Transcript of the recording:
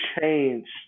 changed